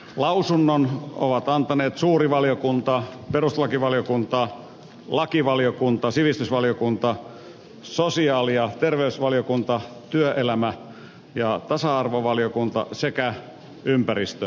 lausunnon ovat antaneet suuri valiokunta perustuslakivaliokunta lakivaliokunta sivistysvaliokunta sosiaali ja terveysvaliokunta työelämä ja tasa arvovaliokunta sekä ympäristövaliokunta